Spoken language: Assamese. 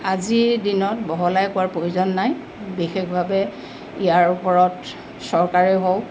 আজিৰ দিনত বহলাই কোৱাৰ প্ৰয়োজন নাই বিশেষভাৱে ইয়াৰ ওপৰত চৰকাৰেই হওক